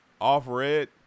Off-red